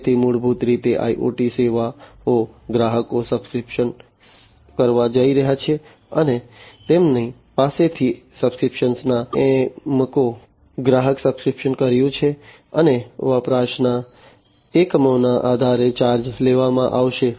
તેથી મૂળભૂત રીતે IoT સેવાઓ ગ્રાહકો સબ્સ્ક્રાઇબ કરવા જઈ રહ્યા છે અને તેમની પાસેથી સબ્સ્ક્રિપ્શનના એકમો ગ્રાહકે સબ્સ્ક્રાઇબ કર્યું છે અને વપરાશના એકમોના આધારે ચાર્જ લેવામાં આવશે